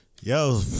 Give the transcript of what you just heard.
Yo